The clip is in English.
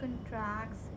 contracts